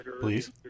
Please